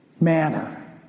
manner